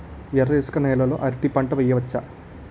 ఎర్ర ఇసుక నేల లో అరటి పంట వెయ్యచ్చా?